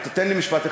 אתם, את העובדים נשים